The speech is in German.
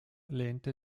lehnte